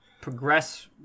progress